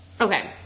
Okay